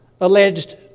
alleged